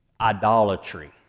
idolatry